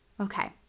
Okay